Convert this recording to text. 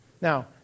Now